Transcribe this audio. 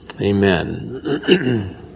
Amen